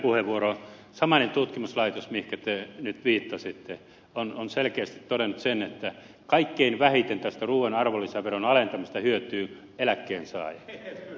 samainen tutkimuslaitos mihinkä te nyt viittasitte on selkeästi todennut sen että kaikkein vähiten tästä ruuan arvonlisäveron alentamisesta hyötyvät eläkkeensaajat